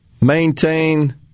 maintain